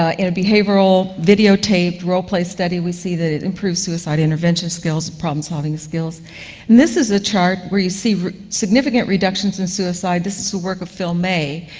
ah in a behavioral video taped role play study we see that it improves suicide intervention skills, problem solving skills. and this is a chart where you see significant reductions in suicide. this is the work of phil may,